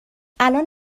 الان